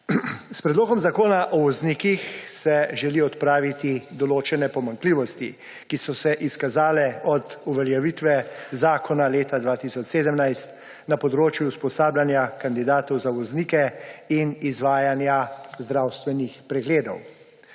S predlogom Zakona o voznikih se želi odpraviti določene pomanjkljivosti, ki so se izkazale od uveljavitve zakona leta 2017 na področju usposabljanja kandidatov za voznike in izvajanja zdravstvenih pregledov.